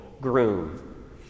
groom